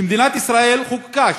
שמדינת ישראל חוקקה,